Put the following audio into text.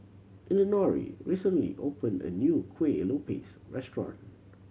Elinore recently opened a new Kuih Lopes restaurant